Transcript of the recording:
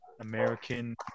American